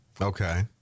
Okay